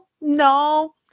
no